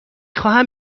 خواهم